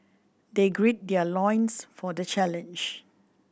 they gird their loins for the challenge